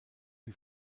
wie